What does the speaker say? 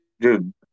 dude